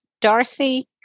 Darcy